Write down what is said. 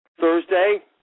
Thursday